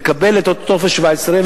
לקבל את אותו טופס 17,